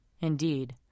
Indeed